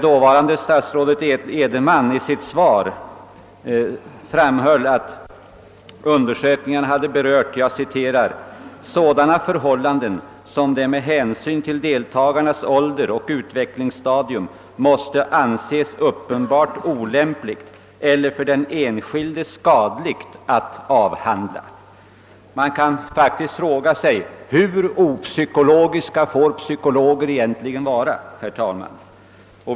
Dåvarande statsrådet Edenman framhöll i sitt svar att undersökningarna hade berört »sådana förhållanden som det med hänsyn till deltagarnas ålder och utvecklingsstadium måste anses uppenbart olämpligt eller för den enskilde skadligt att avhandla». Man kan faktiskt fråga sig: Hur opsykologiska får psykologer egentligen vara?